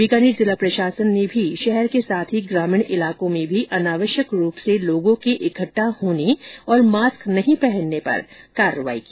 बीकानेर जिला प्रशासन ने भी शहरों के साथ ही ग्रामीण इलाकों में भी अनावश्यक रूप से लोगों के इकट्ठा होने और मास्क नहीं पहनने पर कार्रवाई की